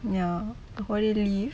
ya whole day leave